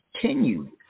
continue